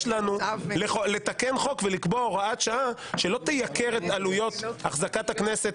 לנו לתקן חוק ולקבוע הוראת שעה שלא תייקר את עלויות אחזקת הכנסת